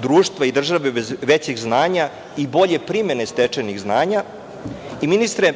društva i države bez većeg znanja i bolje primene stečenih znanja. Ministre,